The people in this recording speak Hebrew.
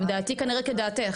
דעתי כנראה כדעתך.